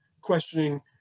questioning